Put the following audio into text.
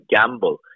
gamble